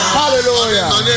hallelujah